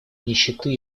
нищеты